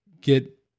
get